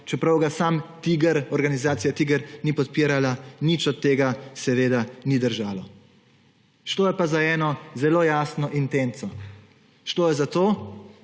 čeprav ga sama organizacija TIGR ni podpirala, nič od tega seveda ni držalo. Šlo je pa za eno zelo jasno intenco. Šlo je za to,